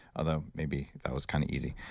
although maybe that was kind of easy.